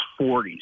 40s